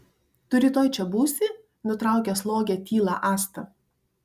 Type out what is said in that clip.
tu rytoj čia būsi nutraukė slogią tylą asta